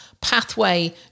pathway